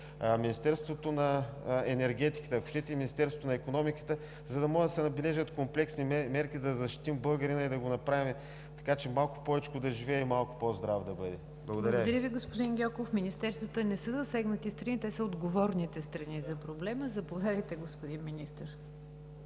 Министерството на енергетиката, ако щете и Министерството на икономиката, за да може да се набележат комплексни мерки, да защитим българина и да направим така, че малко повече да живее и малко по-здрав да бъде. Благодаря Ви. ПРЕДСЕДАТЕЛ НИГЯР ДЖАФЕР: Благодаря Ви, господин Гьоков. Министерствата не са засегнати страни – те са отговорните страни за проблема. Заповядайте, господин Министър.